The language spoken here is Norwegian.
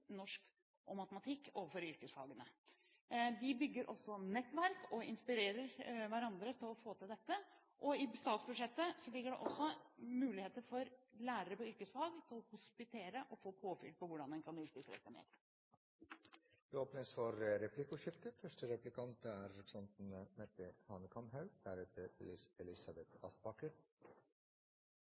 norsk og matematikk i yrkesfagene. De bygger også nettverk og inspirerer hverandre til å få dette til. I statsbudsjettet ligger det også muligheter for lærere på yrkesfag til å hospitere og få påfyll når det gjelder hvordan en kan yrkesrette mer. Det blir replikkordskifte. Jeg er utrolig glad for